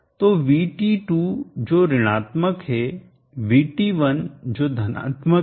तो VT2 जो ऋणात्मक है VT1 जो धनात्मक है